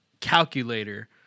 calculator